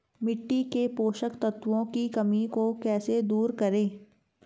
मिट्टी के पोषक तत्वों की कमी को कैसे दूर करें?